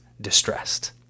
distressed